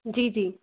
जी जी